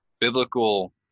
biblical